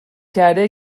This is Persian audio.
کرده